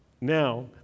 Now